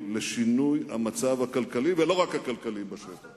שיביאו לשינוי המצב הכלכלי, ולא רק הכלכלי, בשטח.